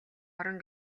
орон